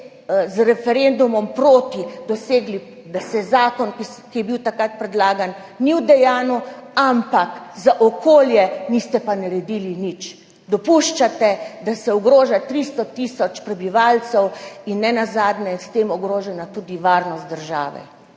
z referendumom proti res dosegli, da se zakon, ki je bil takrat predlagan, ni udejanjil, ampak za okolje niste pa naredili nič. Dopuščate, da se ogroža 300 tisoč prebivalcev in nenazadnje je s tem ogrožena tudi varnost države.